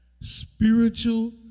Spiritual